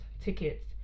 tickets